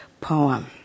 poem